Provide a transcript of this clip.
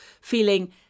feeling